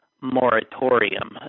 moratorium